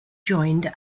joined